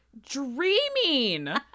dreaming